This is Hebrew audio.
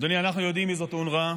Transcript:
אדוני, אנחנו יודעים מי זאת אונר"א.